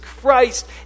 Christ